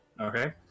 Okay